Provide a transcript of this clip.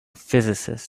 physicist